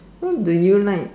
what do you like